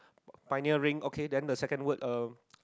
pioneer ring okay then the second word uh